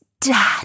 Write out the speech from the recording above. done